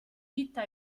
vita